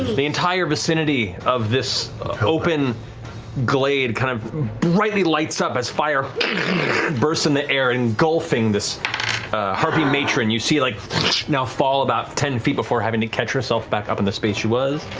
the entire vicinity of this open glade kind of brightly lights up as fire bursts in the air, engulfing this harpy matron you see like now fall about ten feet before having to catch herself back up in the space she was.